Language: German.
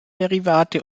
derivate